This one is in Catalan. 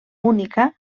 única